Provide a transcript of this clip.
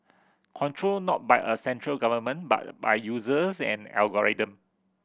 controlled not by a central government but by users and algorithm